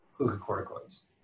glucocorticoids